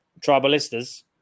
tribalistas